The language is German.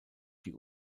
die